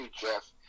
Jeff